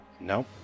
no